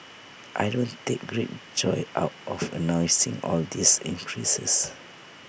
I don't take great joy out of announcing all these increases